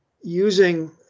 using